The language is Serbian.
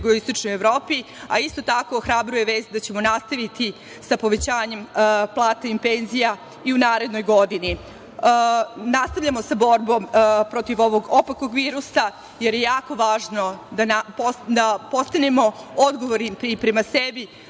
Isto tako, ohrabruje vest da ćemo nastaviti sa povećanjem plata i penzija i u narednoj godini. Nastavljamo sa borbom protiv ovog opakog virusa, jer je jako važno da postanemo odgovorni i prema sebi,